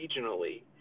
regionally